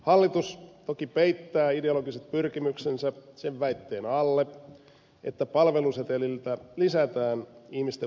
hallitus toki peittää ideologiset pyrkimyksensä sen väitteen alle että palvelusetelillä lisätään ihmisten valinnanvapautta